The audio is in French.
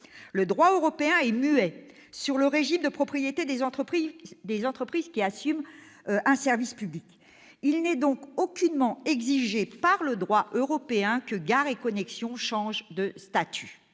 le droit européen est muet sur le régime de propriété des entreprises qui assument un service public. Il n'est aucunement exigé par le droit européen que Gares & Connexions change de statut.